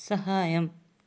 సహాయం